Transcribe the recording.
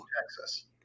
Texas